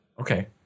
Okay